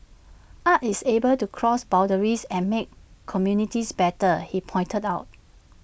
art is able to cross boundaries and make communities better he pointed out